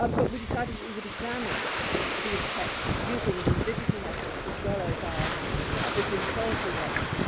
um but we decided we would examine these texts, using these digital methods, as well as our literary historical ones.